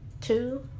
Two